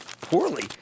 poorly